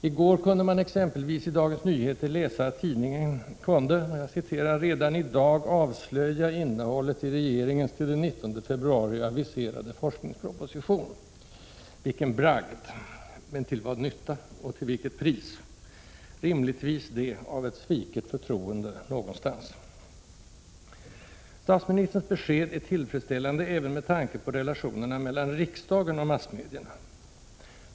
I går kunde man exempelvis i Dagens Nyheter läsa att tidningen kunde ”redan i dag avslöja innehållet i regeringens till den 19 februari aviserade forskningsproposition.” Vilken bragd! Men till vad nytta? Och till vilket pris? Rimligtvis det av ett sviket förtroende, någonstans. Statsministerns besked är tillfredsställande även med tanke på relationerna mellan riksdagen och massmedierna.